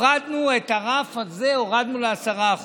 את הרף הזה הורדנו ל-10%.